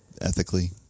ethically